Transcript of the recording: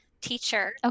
teacher